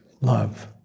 love